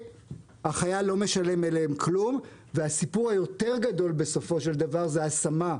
כשהחייל לא משלם עליהן כלום והסיפור היותר גדול בסופו של דבר זה השמה,